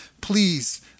please